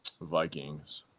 Vikings